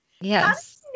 Yes